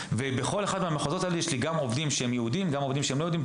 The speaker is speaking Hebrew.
בכל אחד מהמחוזות האלה יש לי עובדים יהודים ועובדים שאינם יהודים,